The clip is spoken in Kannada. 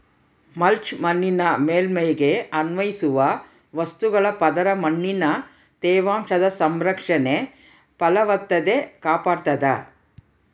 ಮಲ್ಚ್ ಮಣ್ಣಿನ ಮೇಲ್ಮೈಗೆ ಅನ್ವಯಿಸುವ ವಸ್ತುಗಳ ಪದರ ಮಣ್ಣಿನ ತೇವಾಂಶದ ಸಂರಕ್ಷಣೆ ಫಲವತ್ತತೆ ಕಾಪಾಡ್ತಾದ